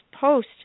post